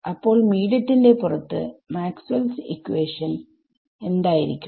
അപ്പോൾ മീഡിയത്തിന്റെ പുറത്ത് മാക്സ്വെൽ ഇക്വാഷൻ Maxwells equation എന്തായിരിക്കും